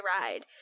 ride